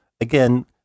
again